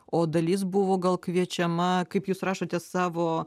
o dalis buvo gal kviečiama kaip jūs rašote savo